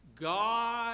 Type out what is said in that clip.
God